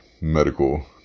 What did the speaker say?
medical